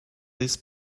this